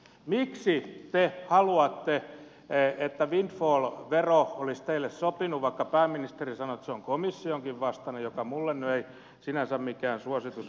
miksi te haluatte miksi windfall vero olisi teille sopinut vaikka pääministeri sanoi että se on komissionkin vastainen mikä minulle nyt ei sinänsä mikään este välttämättä ole